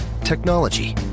Technology